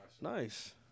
Nice